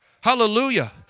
Hallelujah